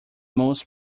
most